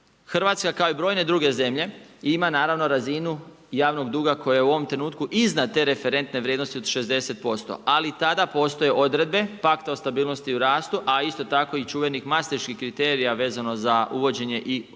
Hrvatska kao i brojne druge zemlje ima naravno razinu javnog duga koja je u ovom trenutku iznad te referentne vrijednosti od 60%. Ali i tada postoje odredbe pakta o stabilnosti i rastu a isto tako i čuvenih mastriških kriterija vezano za uvođenje i zemlje